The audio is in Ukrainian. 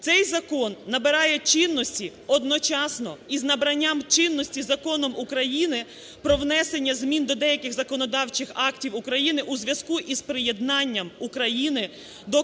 "Цей закон набирає чинності одночасно із набранням чинності Законом України про внесення змін до деяких законодавчих актів України у зв'язку із приєднанням України до